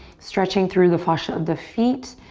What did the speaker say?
stretching through the fascia of the feet.